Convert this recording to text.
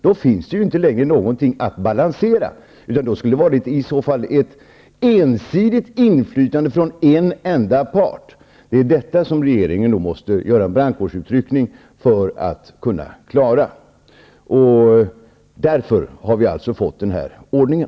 Då fanns det inte längre någonting att balansera. Det skulle i så fall ha rört sig om ett ensidigt inflytande från en enda part. Regeringen fick därför lov att göra en brandkårsutryckning för att klara detta. Därför har vi fått den här ordningen.